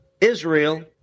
Israel